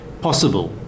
possible